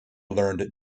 learned